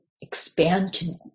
expansion